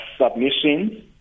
submissions